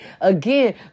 again